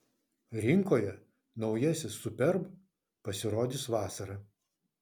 rinkoje naujasis superb pasirodys vasarą